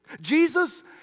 Jesus